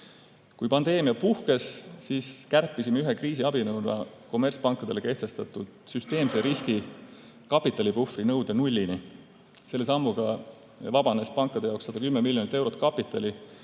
Kui pandeemia puhkes, siis kärpisime ühe kriisiabinõuna kommertspankadele kehtestatud süsteemse riski kapitalipuhvri nõude nullini. Selle sammuga vabanes pankade jaoks 110 miljonit eurot kapitali,